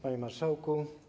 Panie Marszałku!